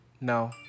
No